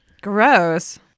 Gross